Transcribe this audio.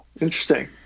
interesting